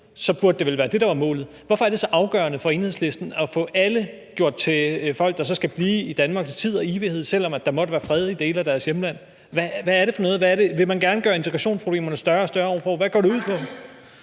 Så burde det vel være det, der var målet. Hvorfor er det så afgørende for Enhedslisten at få alle gjort til folk, der skal blive i Danmark for tid og evighed, selv om der måtte være fred i dele af deres hjemland? Vil man gerne gøre integrationsproblemerne større og større år for år? Hvad går det ud på?